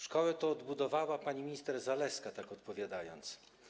Szkołę to odbudowała pani minister Zalewska - tak odpowiadając.